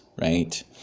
Right